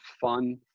fun